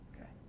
okay